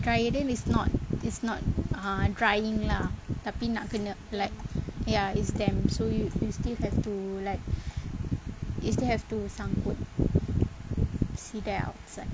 dryer dia is not is not ah drying lah tapi nak kena like ya it's damp so you you still have to like you still have to sangkut sidai outside